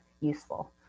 useful